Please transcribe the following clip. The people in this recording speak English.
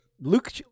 Luke